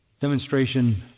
demonstration